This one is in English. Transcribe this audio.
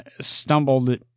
stumbled